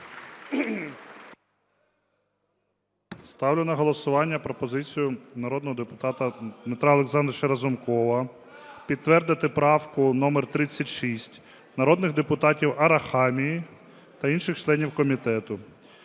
Ставлю на голосування пропозицію народного депутата Дмитра Олександровича Разумкова підтвердити правку номер 36 народних депутатів Арахамії та інших членів комітету.